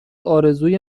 ارزوی